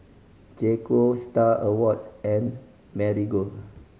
J Co Star Awards and Marigold